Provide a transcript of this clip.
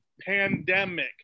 pandemic